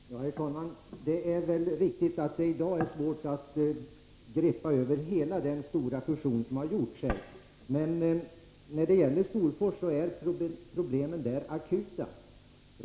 Herr talman! Det är väl riktigt att det i dag är svårt att överblicka hela den stora fusion som skall genomföras. Men när det gäller Storfors är problemen akuta.